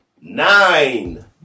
nine